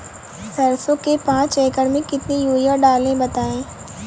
सरसो के पाँच एकड़ में कितनी यूरिया डालें बताएं?